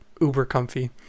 Uber-comfy